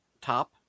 top